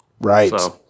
Right